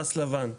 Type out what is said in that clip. פס לבן,